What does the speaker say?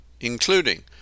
including